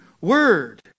word